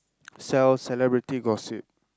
sell celebrity gossip